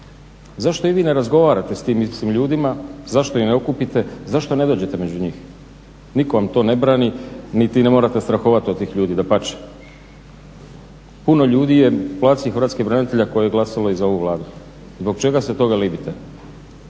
Zašto i vi ne razgovarate s tim istim ljudima, zašto ih ne okupite, zašto ne dođete među njih? Nitko vam to ne brani niti ne morate strahovati od tih ljudi, dapače. Puno ljudi je u populaciji Hrvatskih branitelja koje je glasalo i za ovu Vladu. Zbog čega se toga libite?